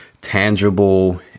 tangible